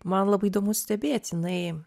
man labai įdomu stebėt jinai